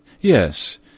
Yes